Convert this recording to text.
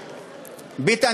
ביטן,